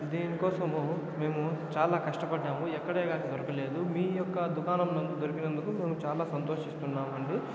దీనికోసము మేము చాలా కష్టపడ్డాము ఎక్కడెగాని దొరకలేదు మీ యొక్క దుకాణం నందు దొరికినందుకు మేము చాలా సంతోషిస్తున్నాము అండి